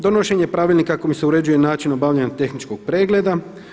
Donošenje pravilnika kojim se uređuje način obavljanja tehničkog pregleda.